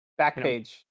Backpage